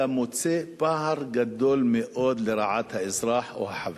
אתה מוצא פער גדול מאוד לרעת האזרח או החבר.